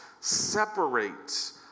separates